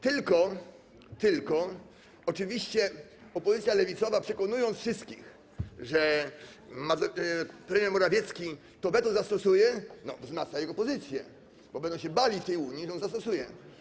Tylko oczywiście opozycja lewicowa, przekonując wszystkich, że premier Morawiecki to weto zastosuje, wzmacnia jego pozycję - bo będą się bali w tej Unii, że to zastosuje.